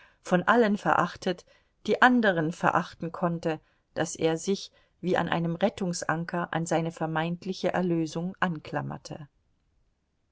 von allen verachtet die anderen verachten konnte daß er sich wie an einen rettungsanker an seine vermeintliche erlösung anklammerte